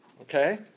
Okay